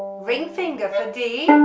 ring finger for d,